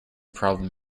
problem